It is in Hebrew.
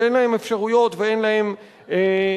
שאין להם אפשרויות ואין להם אמצעים,